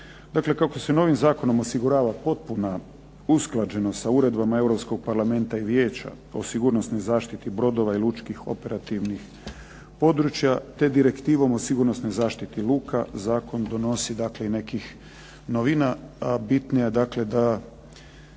Dakle kako se novim zakonom osigurava potpuna usklađenost sa uredbama Europskog Parlamenta i Vijeća o sigurnosnoj zaštiti brodova i lučkih operativnih područja, te Direktivom o sigurnosnoj zaštiti luka zakon donosi dakle i nekih novina, a bitnija je dakle